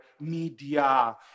media